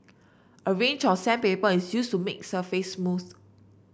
a range of sandpaper is used to make surface smooth